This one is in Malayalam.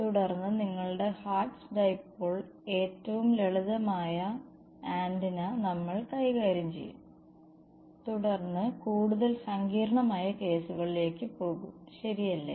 തുടർന്ന് നിങ്ങളുടെ ഹെർട്സ് ഡൈപോൾ ഏറ്റവും ലളിതമായ ആന്റിന നമ്മൾ കൈകാര്യം ചെയ്യും തുടർന്ന് കൂടുതൽ സങ്കീർണ്ണമായ കേസുകളിലേക്ക് പോകും ശരിയല്ലേ